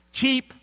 Keep